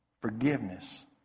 forgiveness